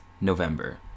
November